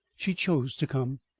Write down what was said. she chose to come.